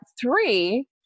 three